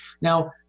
Now